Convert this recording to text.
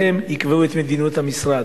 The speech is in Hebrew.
יקבעו את מדיניות המשרד.